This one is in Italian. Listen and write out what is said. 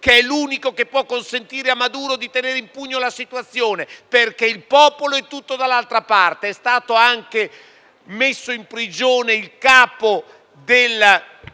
che è l'unico che può consentire a Maduro di tenere in pugno la situazione, perché il popolo è tutto dall'altra parte. È stato anche messo in prigione il capo della